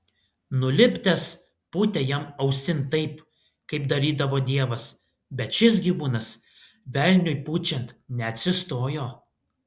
nulipdęs pūtė jam ausin taip kaip darydavo dievas bet šis gyvūnas velniui pučiant neatsistojo